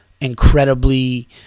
incredibly